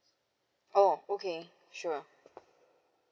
oh okay sure